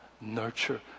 nurture